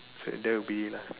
so that'll be lah